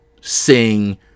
sing